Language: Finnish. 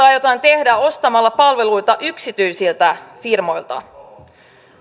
aiotaan tehdä ostamalla palveluita yksityisiltä firmoilta